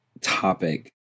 topic